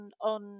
on